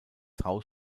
haus